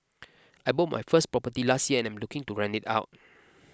I bought my first property last year and I'm looking to rent it out